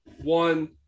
One